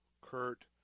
Kurt